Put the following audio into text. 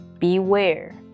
beware